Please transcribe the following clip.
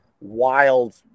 wild